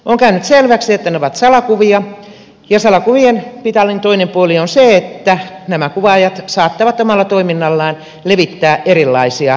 on käynyt selväksi että ne ovat salakuvia ja salakuvien mitalin toinen puoli on se että nämä kuvaajat saattavat omalla toiminnallaan levittää erilaisia tauteja